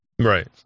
Right